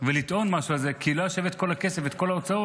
ולטעון משהו על זה כי לא היה שווה כל הכסף וכל ההוצאות